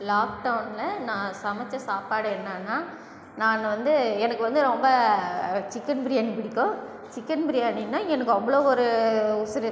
லாக்டவுனில் நான் சமைச்ச சாப்பாடு என்னென்னா நான் வந்து எனக்கு வந்து ரொம்ப சிக்கன் பிரியாணி பிடிக்கும் சிக்கன் பிரியாணினா எனக்கு அவ்வளோ ஒரு உசுரு